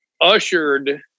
ushered